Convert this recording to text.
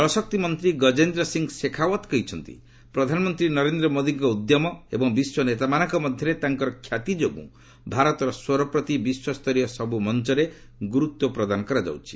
ଜଳଶକ୍ତି ମନ୍ତ୍ରୀ ଗଜେନ୍ଦ୍ର ସିଂହ ଶେଖାଓ୍ୱତ କହିଛନ୍ତି ପ୍ରଧାନମନ୍ତ୍ରୀ ନରେନ୍ଦ୍ର ମୋଦୀଙ୍କ ଉଦ୍ୟମ ଏବଂ ବିଶ୍ୱ ନେତାମାନଙ୍କ ମଧ୍ୟରେ ତାଙ୍କର ଖ୍ୟାତି ଯୋଗୁଁ ଭାରତର ସ୍ୱର ପ୍ରତି ବିଶ୍ୱସ୍ତରୀୟ ସବୁ ମଞ୍ଚରେ ଗୁରୁତ୍ୱ ପ୍ରଦାନ କରାଯାଉଛି